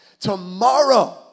Tomorrow